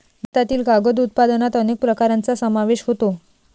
भारतातील कागद उत्पादनात अनेक प्रकारांचा समावेश होतो